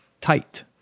tight